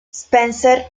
spencer